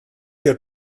your